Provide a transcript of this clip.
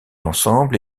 ensemble